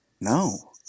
no